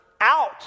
out